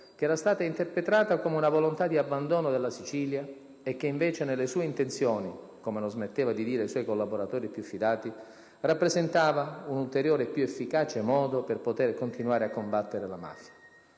che era stata interpretata come una volontà di abbandono della Sicilia e che invece, nelle sue intenzioni, come non smetteva di dire ai suoi collaboratori più fidati, rappresentava un ulteriore più efficace modo per poter continuare a combattere la mafia.